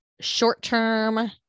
short-term